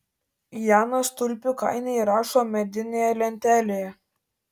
janas tulpių kainą įrašo medinėje lentelėje